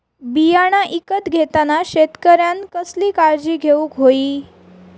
बियाणा ईकत घेताना शेतकऱ्यानं कसली काळजी घेऊक होई?